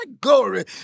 glory